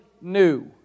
new